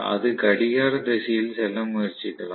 அது கடிகார திசையில் செல்ல முயற்சிக்கலாம்